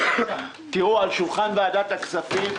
תראו את החבילה המונחת על שולחן ועדת הכספים,